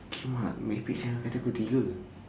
kimak merepek sia kata kul tiga